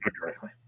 Directly